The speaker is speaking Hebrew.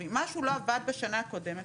אם משהו לא עבד בשנה הקודמת,